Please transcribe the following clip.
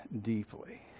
deeply